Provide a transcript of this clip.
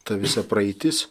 ta visa praeitis